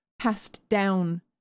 passed-down